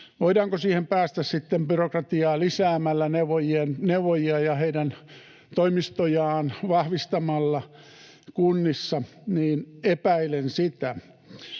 voidaanko siihen päästä byrokratiaa lisäämällä, neuvojia ja heidän toimistojaan vahvistamalla kunnissa, epäilen.